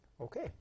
okay